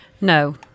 No